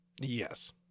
Yes